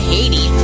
Haiti